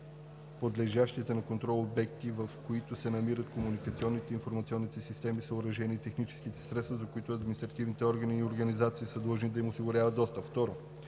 подлежащите на контрол обекти, в които се намират комуникационните и информационните системи, съоръжения и технически средства, за което административните органи и организациите са длъжни да им осигуряват достъп; 2.